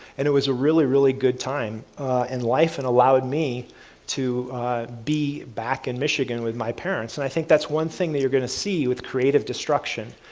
and it was a really really good time in life and allowed me to be back in michigan with my parents. and i think that's one thing that you're going to see with creative destruction.